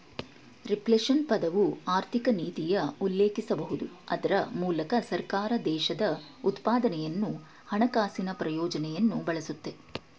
reflation ಪದವು ಆರ್ಥಿಕನೀತಿಯ ಉಲ್ಲೇಖಿಸಬಹುದು ಅದ್ರ ಮೂಲಕ ಸರ್ಕಾರ ದೇಶದ ಉತ್ಪಾದನೆಯನ್ನು ಹಣಕಾಸಿನ ಪ್ರಚೋದನೆಯನ್ನು ಬಳಸುತ್ತೆ